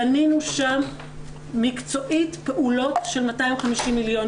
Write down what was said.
בנינו שם מקצועית פעולות של 250 מיליון.